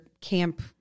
camp